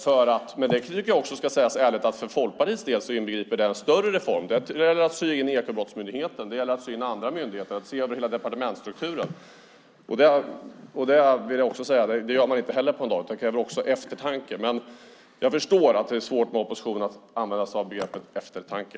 Jag tycker också att man ärligt ska säga att det för Folkpartiets del inbegriper en större reform där det gäller att sy in Ekobrottsmyndigheten och andra myndigheter och att se över hela departementsstrukturen. Inte heller det görs på en dag. Också detta kräver eftertanke. Jag förstår att det är svårt för oppositionen att använda sig av begreppet "eftertanke".